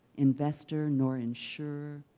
investor nor insurer,